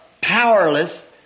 powerless